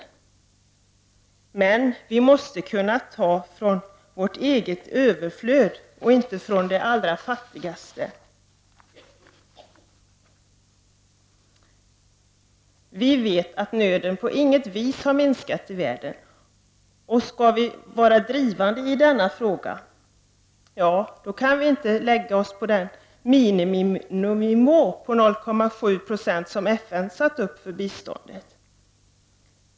Men vi måste kunna ta från vårt eget överflöd och inte från de allra fattigaste. Vi vet att nöden på inget vis har minskat i världen, och skall vi vara drivande i denna fråga, kan vi inte lägga oss på den miniminivå på 0,7 70 som FN satt upp för bistånd.